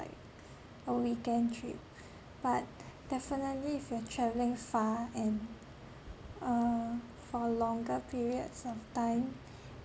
like a weekend trip but definitely if you're travelling far and uh for longer periods of time